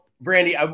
Brandy